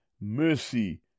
mercy